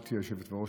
גברתי היושבת-ראש,